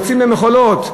יוצאים במחולות.